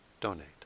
donate